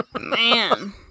Man